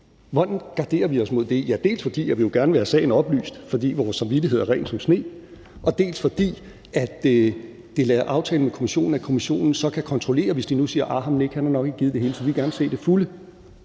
Hvordan garderer vi os imod det? Ja, dels vil vi jo gerne have sagen oplyst, fordi vores samvittighed er ren som sne, dels er det aftalt med kommissionen, at kommissionen kan kontrollere det ved at sige, at de gerne vil se det hele, hvis de nu siger, at den